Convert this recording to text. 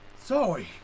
Zoe